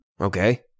Okay